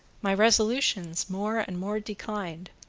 my resolutions more and more declined,